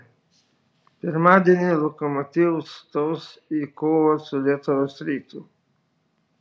pirmadienį lokomotiv stos į kovą su lietuvos rytu